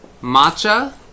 matcha